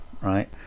right